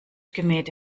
gemähte